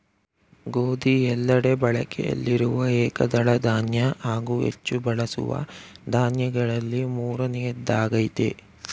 ಗೋಧಿ ಎಲ್ಲೆಡೆ ಬಳಕೆಯಲ್ಲಿರುವ ಏಕದಳ ಧಾನ್ಯ ಹಾಗೂ ಹೆಚ್ಚು ಬಳಸುವ ದಾನ್ಯಗಳಲ್ಲಿ ಮೂರನೆಯದ್ದಾಗಯ್ತೆ